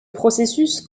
processus